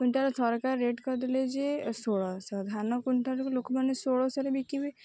quintal ସରକାରୀ rate କରିଦେଲେ ଯେ ଷୋହଳ ଶହ ଧାନ କୁଇଣ୍ଟାଲକୁ ଲୋକମାନେ ଷୋହଳ ଶହରେ ବିକିବେ